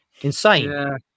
Insane